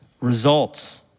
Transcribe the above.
results